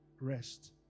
rest